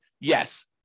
yes